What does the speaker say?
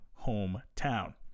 hometown